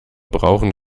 brauchen